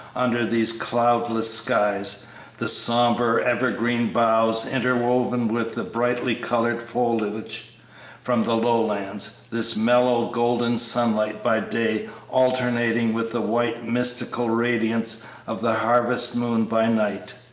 under these cloudless skies the sombre, evergreen boughs interwoven with the brightly colored foliage from the lowlands this mellow, golden sunlight by day alternating with the white, mystical radiance of the harvest moon by night.